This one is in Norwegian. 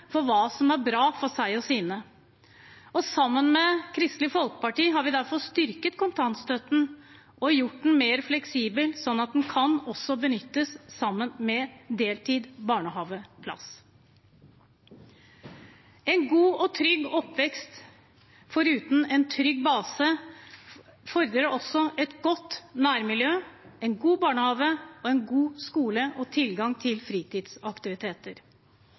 om hva som er bra for seg og sine. Sammen med Kristelig Folkeparti har vi derfor styrket kontantstøtten og gjort den mer fleksibel, slik at den også kan benyttes sammen med deltids barnehageplass. En god og trygg oppvekst fordrer – foruten en trygg base – et godt nærmiljø, en god barnehage, en god skole og tilgang til fritidsaktiviteter.